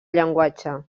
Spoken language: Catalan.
llenguatge